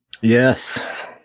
Yes